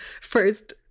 first